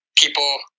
people